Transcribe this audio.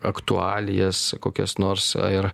aktualijas kokias nors ir